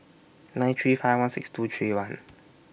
nine three five one six two three one